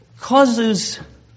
causes